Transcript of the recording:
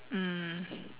mm